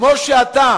כמו שאתה